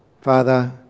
Father